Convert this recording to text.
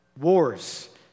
wars